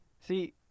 See